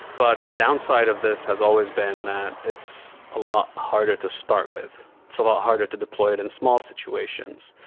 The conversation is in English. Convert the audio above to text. but the downside of this has always been that it's a lot harder to start with. it's a lot harder to deploy it and small situations.